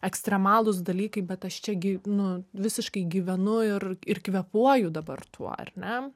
ekstremalūs dalykai bet aš čiagi nu visiškai gyvenu ir ir kvėpuoju dabar tuo ar ne